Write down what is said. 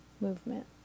movement